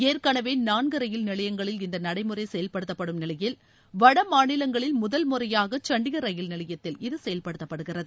ஏற்கனவே நான்கு ரயில் நிலையங்களில் இந்த நடைமுறை செயல்படுத்தப்படும் நிலையில் வட மாநிலங்களில் முதல்முறையாக சண்டிகர் ரயில் நிலையத்தில் இது செயல்படுத்தப்படுகிறது